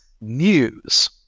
news